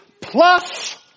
plus